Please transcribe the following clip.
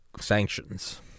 sanctions